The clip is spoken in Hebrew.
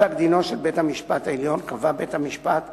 בפסק-דינו קבע בית-המשפט העליון,